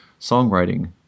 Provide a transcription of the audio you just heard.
Songwriting